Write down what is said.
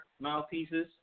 mouthpieces